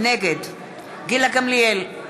נגד גילה גמליאל,